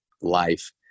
life